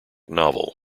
novel